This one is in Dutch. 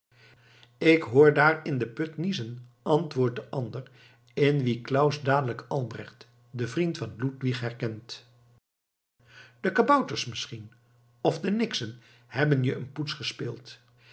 ik hoor daar in den put niezen antwoordt de ander in wien claus dadelijk albrecht den vriend van ludwig herkent de kabouters misschien of de nixen hebben je eene poets gespeeld